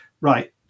Right